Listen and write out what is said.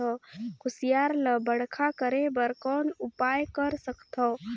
कुसियार ल बड़खा करे बर कौन उपाय कर सकथव?